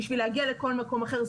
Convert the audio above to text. בשביל להגיע לכל מקום אחר,